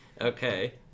Okay